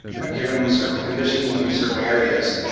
ah given certain conditions in the certain areas.